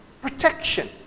protection